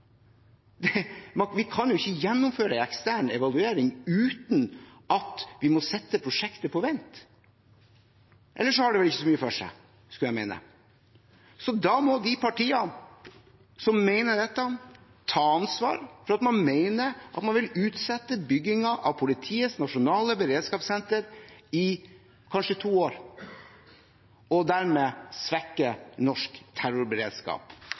man fra Arbeiderpartiet, SV og Senterpartiets side prøver å gi inntrykk av at forslaget om ekstern evaluering av Politiets nasjonale beredskapssenter ikke vil føre til utsettelse. Selvfølgelig vil det føre til utsettelse – kanskje to år. Vi kan ikke gjennomføre en ekstern evaluering uten at vi må sette prosjektet på vent. Ellers har det ikke så mye for seg, skulle jeg mene. Så da må de partiene som mener dette, ta ansvar